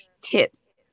tips